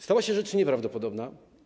Stała się rzecz nieprawdopodobna.